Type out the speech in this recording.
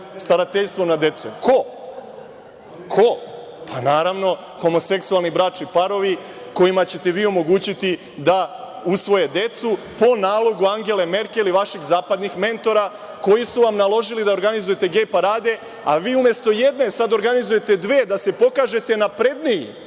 staratelj nad decom. Ko? Pa, naravno, homoseksualni bračni parovi kojima ćete vi omogućiti da usvoje decu, po nalogu Angele Merkel i vaših zapadnih mentora koji su vam naložili da organizujete gej parade, a vi umesto jedne, sad organizujete dve, da se pokažete napredniji